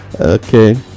Okay